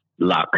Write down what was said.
luck